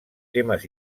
temes